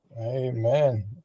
Amen